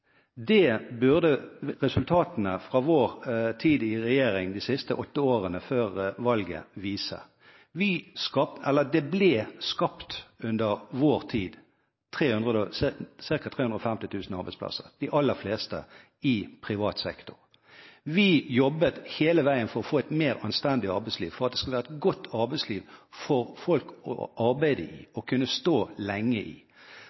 Det burde resultatene fra vår tid i regjering de siste åtte årene før valget vise. Det ble under vår tid skapt ca. 350 000 arbeidsplasser – de aller fleste i privat sektor. Vi jobbet hele veien for å få et mer anstendig arbeidsliv, for at det skulle være et godt arbeidsliv for folk å arbeide i og å kunne stå lenge i.